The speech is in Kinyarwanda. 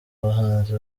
bahanzi